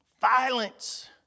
Violence